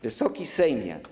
Wysoki Sejmie!